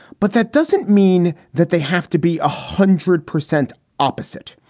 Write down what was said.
but that doesn't mean that they have to be a hundred percent opposite.